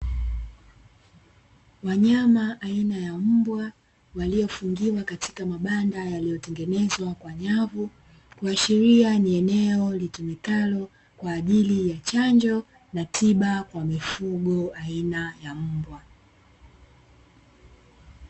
Wanyama aina ya mbwa waliofungiwa katika mabanda yaliyotengenezwa kwa nyavu, kuashiria ni eneo litumikalo kwa ajili ya chanjo na tiba kwa mifugo aina ya mbwa.